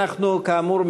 כאמור,